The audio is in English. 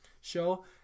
show